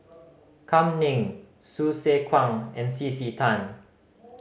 Kam Ning Hsu Tse Kwang and C C Tan